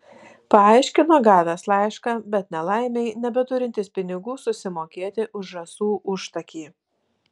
paaiškino gavęs laišką bet nelaimei nebeturintis pinigų susimokėti už žąsų užtakį